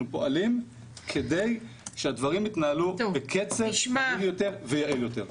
פועלים כדי שהדברים יתנהלו בקצב מהיר יותר ויעיל יותר.